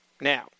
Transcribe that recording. Now